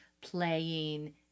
playing